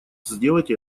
сделать